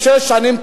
שש שנים,